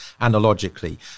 analogically